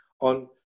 on